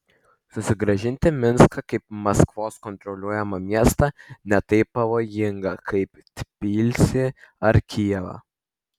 susigrąžinti minską kaip maskvos kontroliuojamą miestą ne taip pavojinga kaip tbilisį ar kijevą